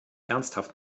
ernsthaft